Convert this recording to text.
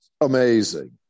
amazing